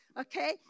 Okay